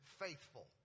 faithful